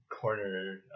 corner